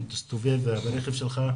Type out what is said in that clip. אם תסתובב ברכב שלך,